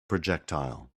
projectile